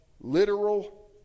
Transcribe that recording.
literal